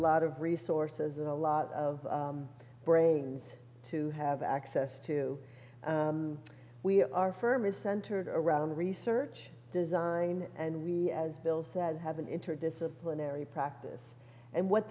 lot of resources and a lot of brains to have access to we our firm is centered around the research design and really as bill said have an interdisciplinary practice and what